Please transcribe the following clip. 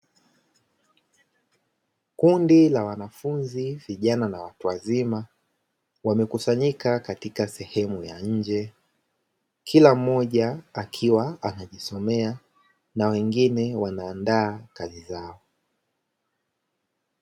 Kundi la wanafunzi vijana na watu wazima, wamekusanyika katika sehemu ya nje, kila mmoja akiwa anajisomea na wengine wanaandaa kazi zao.